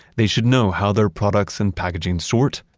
they should know how their products and packaging sort,